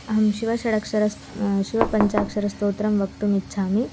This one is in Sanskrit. अहं शिवषडक्षरस् शिवपञ्चाक्षरस्तोत्रं वक्तुम् इच्छामि